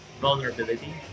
vulnerability